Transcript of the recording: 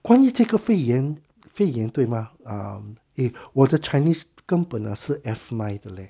关于这个肺炎肺炎对吗 eh 我的 chinese 根本是 F nine 的 leh